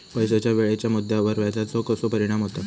पैशाच्या वेळेच्या मुद्द्यावर व्याजाचो कसो परिणाम होता